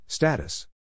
Status